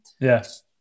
Yes